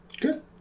good